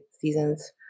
seasons